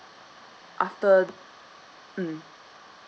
after mm